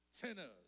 Tenors